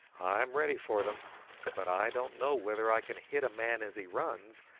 i'm ready for them but i don't know whether i can hit a man as he runs,